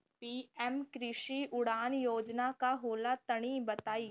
PM कृषि उड़ान योजना का होला तनि बताई?